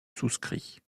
souscrit